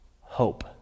Hope